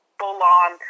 full-on